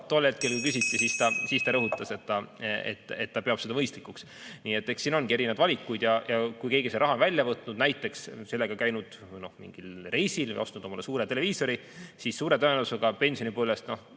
tol hetkel, kui küsiti, siis ta rõhutas, et ta peab seda mõistlikuks. Eks siin ongi erinevaid valikuid. Kui keegi on selle raha välja võtnud, näiteks käinud mingil reisil või ostnud omale suure televiisori, siis suure tõenäosusega pensionipõlves